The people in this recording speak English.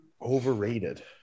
Overrated